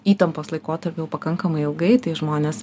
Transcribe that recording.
įtampos laikotarpiu pakankamai ilgai tai žmonės